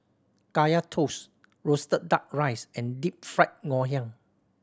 Kaya Toast roasted Duck Rice and Deep Fried Ngoh Hiang